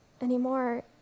anymore